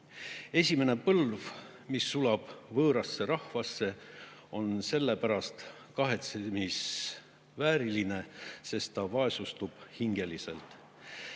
Esimene põlv, mis sulab võõrasse rahvasse, on sellepärast kahetsusvääriline, et ta vaesustub hingeliselt.